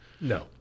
No